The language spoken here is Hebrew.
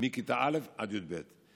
מכיתה א' עד י"ב,